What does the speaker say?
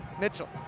Mitchell